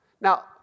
Now